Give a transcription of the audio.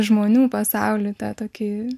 žmonių pasaulį tą tokį